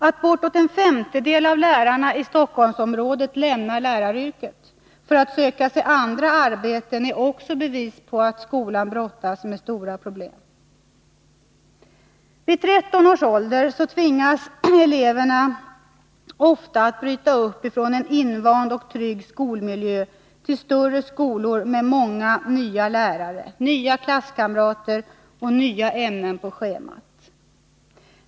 Att bortåt en femtedel av lärarna i Stockholmsområdet lämnar läraryrket för att söka sig andra arbeten är också bevis på att skolan brottas med stora problem. Vid 13 års ålder tvingas eleverna ofta att bryta upp från en invand och trygg skolmiljö till större skolor med många nya lärare, nya klasskamrater och nya ämnen på schemat.